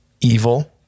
evil